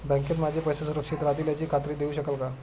बँकेत माझे पैसे सुरक्षित राहतील याची खात्री देऊ शकाल का?